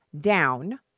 down